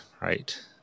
right